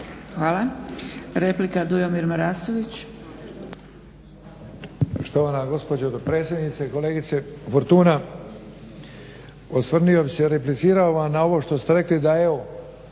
Hvala. Replika, Dujomir Marasović.